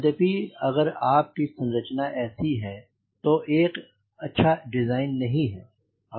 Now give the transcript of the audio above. यद्यपि अगर आप की संरचना ऐसी है तो एक अच्छा डिजाइन नहीं है